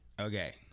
okay